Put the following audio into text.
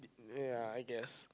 ya I guess